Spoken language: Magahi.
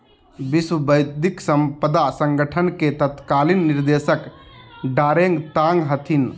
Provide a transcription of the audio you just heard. विश्व बौद्धिक साम्पदा संगठन के तत्कालीन निदेशक डारेंग तांग हथिन